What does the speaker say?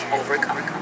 overcome